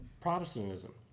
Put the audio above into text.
Protestantism